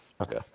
Okay